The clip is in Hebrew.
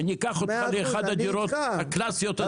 אני אקח אותך לאחת הדירות הקלאסיות --- מאה אחוז,